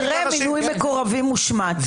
במקרה מינוי מקורבים הושמט...